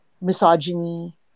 misogyny